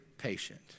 patient